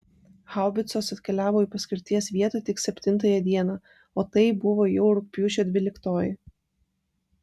haubicos atkeliavo į paskirties vietą tik septintąją dieną o tai buvo jau rugpjūčio dvyliktoji